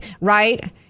right